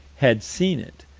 had seen it,